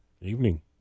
Evening